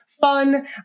fun